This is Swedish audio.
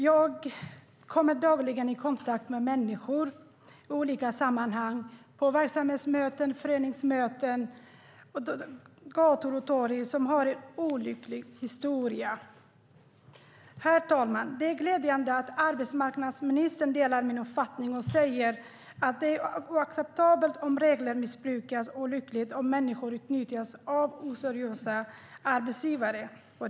Jag kommer dagligen i kontakt med människor i olika sammanhang, på verksamhetsmöten, föreningsmöten, på gator och torg, som har en olycklig historia. Herr talman! Det är glädjande att arbetsmarknadsministern delar min uppfattning och säger att det är oacceptabelt om regler missbrukas och olyckligt om människor utnyttjas av oseriösa arbetsgivare.